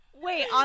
Wait